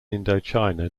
indochina